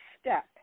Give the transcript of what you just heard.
step